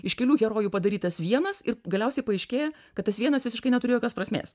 iš kelių herojų padarytas vienas ir galiausiai paaiškėja kad tas vienas visiškai neturi jokios prasmės